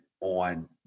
on